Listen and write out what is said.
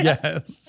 Yes